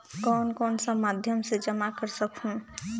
कौन कौन सा माध्यम से जमा कर सखहू?